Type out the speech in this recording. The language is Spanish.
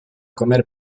comer